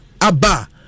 abba